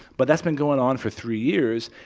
but that's been going on for three years.